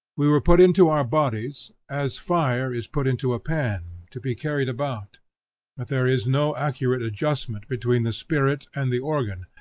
we were put into our bodies, as fire is put into a pan to be carried about but there is no accurate adjustment between the spirit and the organ,